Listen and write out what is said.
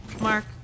Mark